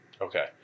Okay